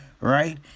Right